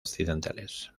occidentales